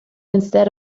instead